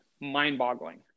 mind-boggling